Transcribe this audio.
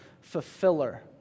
fulfiller